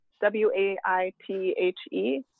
w-a-i-t-h-e